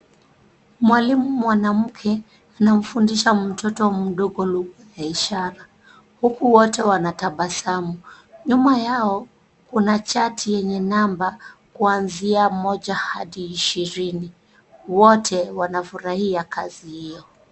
Mwalimu mwanamke anafundisha mtoto mdogo lugha ya ishara, huku wote wanatabasamu. Nyuma yao kuna chati yenye namba kuanzi moja hadi ishirini. Wote wanafurahia kazi hiyo.